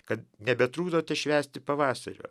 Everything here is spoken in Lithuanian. kad nebetrukdote švęsti pavasario